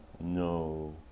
no